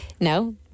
No